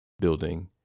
building